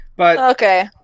Okay